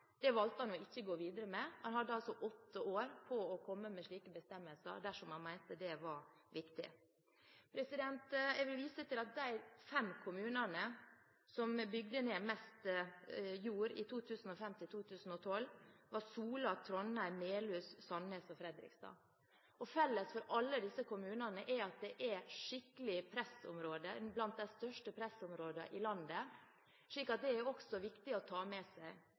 Det valgte man ikke å gå videre med. Man hadde altså åtte år på seg til å komme med slike bestemmelser dersom man mente det var viktig. Jeg vil vise til at de fem kommunene som bygde ned mest jord i perioden 2005–2012, var Sola, Trondheim, Melhus, Sandnes og Fredrikstad. Felles for alle disse kommunene er at det er skikkelige pressområder – de er blant de største pressområdene i landet – så det er også viktig å ta med seg.